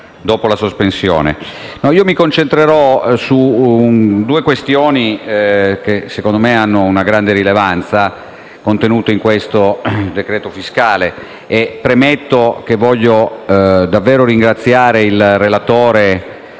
mi concentrerò su due questioni che - secondo me - hanno una grande rilevanza, contenute nel decreto fiscale al nostro esame. Premetto che voglio davvero ringraziare il relatore,